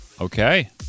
Okay